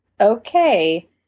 okay